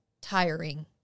tiring